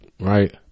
Right